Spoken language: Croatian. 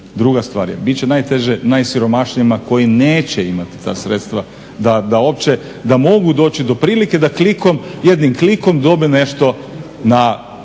druga stvar je bit će najteže najsiromašnijima koji neće imati ta sredstva da uopće, da mogu doći do prilike da klikom, jednim klikom dobiju nešto. Naravno